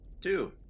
Two